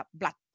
blood